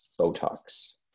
Botox